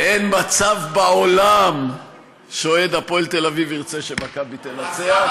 ואין מצב בעולם שאוהד "הפועל תל-אביב" ירצה ש"מכבי" תנצח.